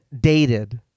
dated